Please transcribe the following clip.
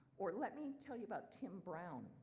or let me tell you about tim brown,